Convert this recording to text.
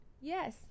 yes